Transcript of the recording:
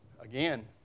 Again